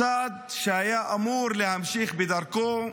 הצד שהיה אמור להמשיך בדרכו.